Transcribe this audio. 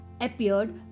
appeared